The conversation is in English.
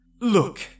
Look